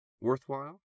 worthwhile